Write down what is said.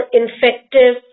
infective